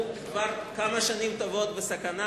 הוא כבר כמה שנים טובות בסכנה,